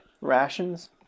rations